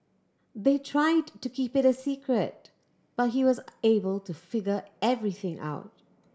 they tried to keep it a secret but he was able to figure everything out